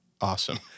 awesome